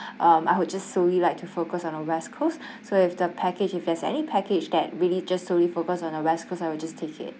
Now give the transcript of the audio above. um I would just solely like to focus on the west coast so if the package if there's any package that really just solely focus on the west coast I would just take it